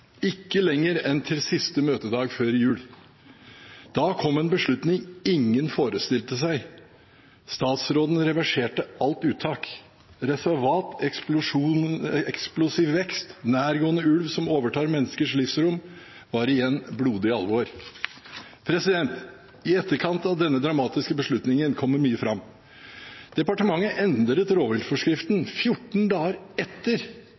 Ikke lenger enn til siste møtedag før jul! Da kom en beslutning ingen forestilte seg: Statsråden reverserte alt uttak. Reservat, eksplosiv vekst, nærgående ulv som overtar menneskers livsrom, var igjen blodig alvor. I etterkant av denne dramatiske beslutningen kommer mye fram. Departementet endret rovviltforskriften 14 dager etter